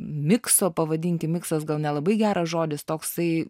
mikso pavadinkim miksas gal nelabai geras žodis toksai